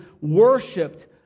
worshipped